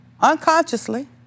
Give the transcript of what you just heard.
Unconsciously